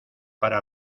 para